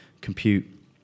compute